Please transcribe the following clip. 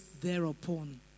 thereupon